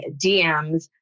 DMs